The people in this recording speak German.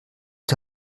die